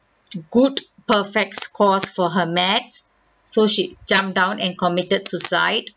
good perfect scores for her maths so she jumped down and committed suicide